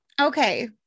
Okay